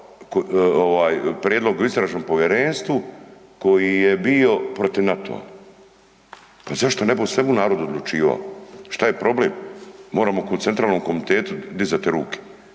prijedlog o istražnom povjerenstvu koji je bio protiv NATO-a. Pa zašto ne bi o svemu narod odlučivao? Šta je problem? Moramo ko u centralnom komitetu dizati ruke.